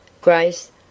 Grace